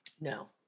No